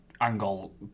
Angle